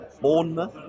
Bournemouth